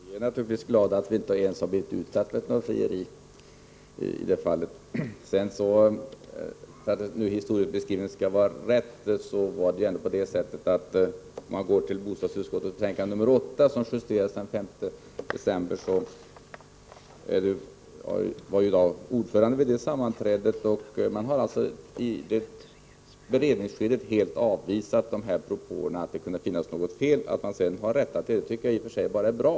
Herr talman! Vi är naturligtvis glada att vi inte ens har blivit utsatta för något frieri. För att historiebeskrivningen skall vara rätt vill jag tala om att det var på det sättet att bostadsutskottets betänkande nr 8 justerades den 5 december. Vid det sammanträdet var jag ordförande. Utskottsmajoriteten har alltså i beredningsskedet helt avvisat propåerna om att det kunde finnas något fel. Att man sedan rättar till detta tycker jag är bara bra.